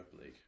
League